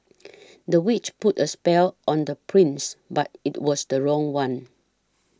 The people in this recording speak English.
the witch put a spell on the prince but it was the wrong one